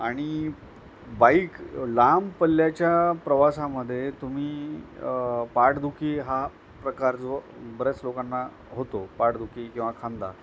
आणि बाईक लांब पल्याच्या प्रवासामध्ये तुम्ही पाठदुखी हा प्रकार जो बऱ्याच लोकांना होतो पाठदुखी किंवा खांदा